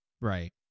Right